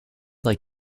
like